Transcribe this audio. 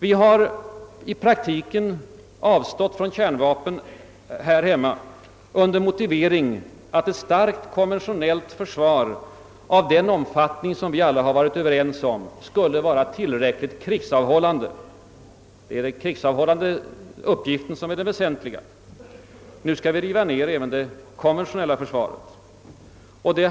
Vi har i praktiken avstått från kärnvapenförsvar under motivering att ett starkt konventionellt försvar av den omfattning vi alla varit överens om skulle vara tillräckligt krigsavhållande. Det är den krigsavhållande uppgiften som är väsentlig. Nu skall vi riva ner även det konventionella försvaret.